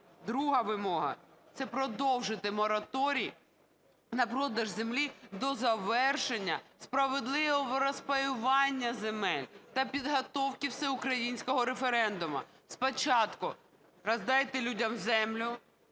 Друга вимога – це продовжити мораторій на продаж землі до завершення справедливого розпаювання земель та підготовки всеукраїнського референдуму. Спочатку роздайте людям землю,